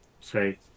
say